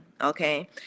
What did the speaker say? okay